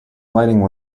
lighting